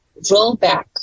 rollback